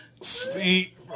sweet